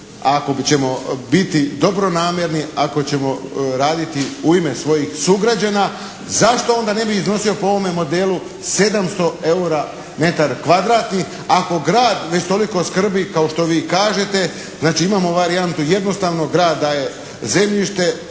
ako ćemo biti dobronamjerno, ako ćemo raditi u ime svojih sugrađana zašto onda ne bi iznosio po ovome modelu 700 eura metar kvadratni ako grad već toliko skrbi kao što vi kažete. Znači imamo varijantu jednostavnu, Grad daje zemljište,